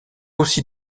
aussi